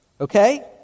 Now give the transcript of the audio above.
Okay